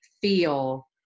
feel